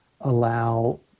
allow